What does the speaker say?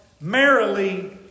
Merrily